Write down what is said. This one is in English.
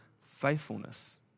faithfulness